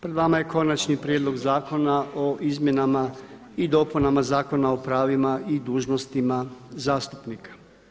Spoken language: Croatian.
Pred vama je Konačni prijedlog Zakona o izmjenama i dopunama Zakona o pravima i dužnostima zastupnika.